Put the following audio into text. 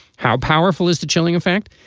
how powerful is the chilling effect?